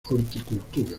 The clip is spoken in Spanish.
horticultura